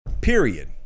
Period